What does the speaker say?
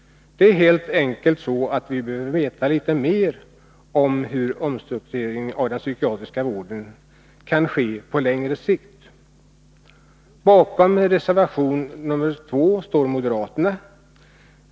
Helt enkelt behöver vi veta litet mer om hur omstruktureringen av den psykiatriska vården skall ske på längre sikt. Bakom reservation 2 står moderaterna.